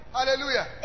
Hallelujah